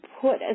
put